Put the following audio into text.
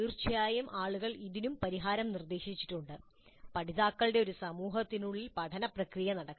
തീർച്ചയായും ആളുകൾ ഇതിനും ഒരു പരിഹാരം നിർദ്ദേശിച്ചിട്ടുണ്ട് പഠിതാക്കളുടെ ഒരു സമൂഹത്തിനുള്ളിൽ പഠന പ്രക്രിയ നടക്കണം